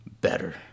better